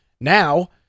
now